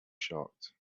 shocked